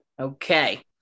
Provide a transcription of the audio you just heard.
Okay